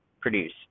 produce